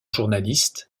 journaliste